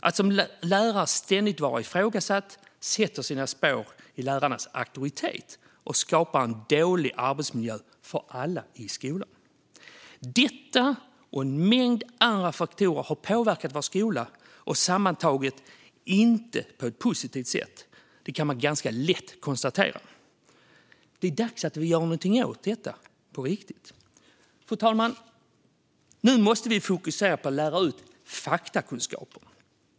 Att som lärare ständigt vara ifrågasatt sätter sina spår i lärarnas auktoritet och skapar en dålig arbetsmiljö för alla i skolan. Att detta och en mängd andra faktorer har påverkat vår skola, sammantaget på ett inte särskilt positivt sätt, kan man ganska lätt konstatera. Det är dags att vi gör någonting åt detta - på riktigt. Fru talman! Nu måste vi fokusera på att lära ut faktakunskaper.